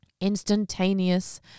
instantaneous